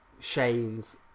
Shane's